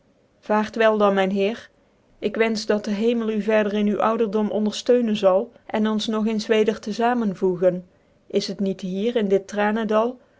wel dan myn heer ik wenfeh dat den hemel u verder in uwen ouderdom onderfteunen zal cn ons nog eens weder te famen voegen is het hier niet in dit